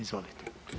Izvolite.